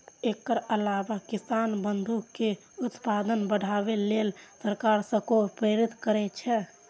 एकर अलावा किसान बंधु कें उत्पादन बढ़ाबै लेल सरकार सेहो प्रेरित करै छै